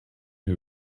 who